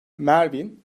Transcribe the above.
merwin